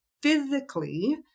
physically